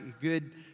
good